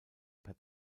per